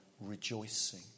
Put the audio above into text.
rejoicing